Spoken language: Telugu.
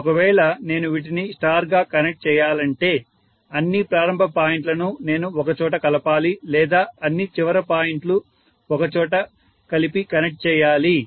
ఒకవేళ నేను వీటిని స్టార్ గా కనెక్ట్ చేయాలంటే అన్ని ప్రారంభ పాయింట్ లను నేను ఒక చోట కలపాలి లేదా అన్ని చివర పాయింట్లు ఒక చోట కలిపి కనెక్ట్ చేయాలి